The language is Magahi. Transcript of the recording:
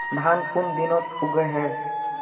धान कुन दिनोत उगैहे